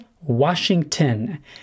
Washington